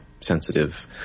sensitive